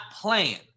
playing